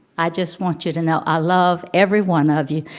i just want you to know i love every one of you,